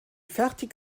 fertig